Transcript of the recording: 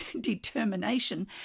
determination